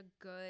good